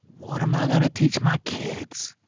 what am i gonna teach my kids?